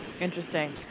Interesting